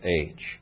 age